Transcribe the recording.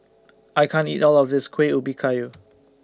I can't eat All of This Kueh Ubi Kayu